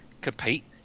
compete